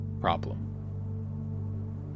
problem